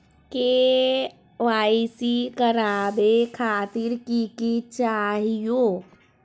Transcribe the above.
KYC करवावे खातीर कि कि चाहियो?